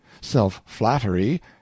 self-flattery